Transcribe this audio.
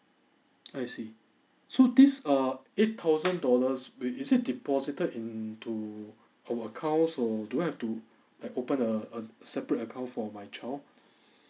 I see so this err eight thousand dollars is it deposited into our accounts or do I have to like open a a separate account for my child